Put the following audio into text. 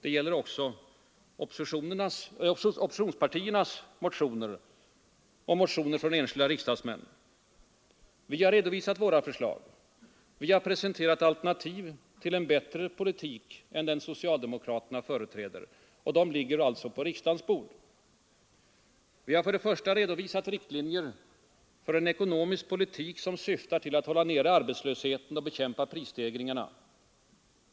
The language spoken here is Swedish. Det gäller också oppositionspartiernas motioner och motioner från enskilda riksdagsmän. Vi har redovisat våra förslag. Vi har presenterat alternativ som innebär en bättre politik än den socialdemokraterna företräder, och de ligger alltså på riksdagens bord. Vi har för det första redovisat riktlinjer för en ekonomisk politik som syftar till att hålla nere arbetslösheten och bekämpa prisstegringarna.